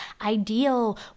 ideal